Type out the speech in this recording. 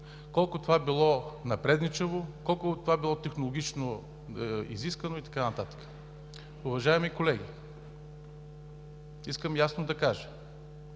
колко това било напредничаво, колко това било технологично изискано и така нататък. Уважаеми колеги, искам ясно да кажа: